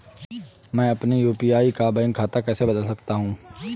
मैं अपने यू.पी.आई का बैंक खाता कैसे बदल सकता हूँ?